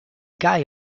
guy